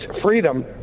freedom